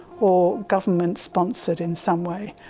or government sponsored in some way,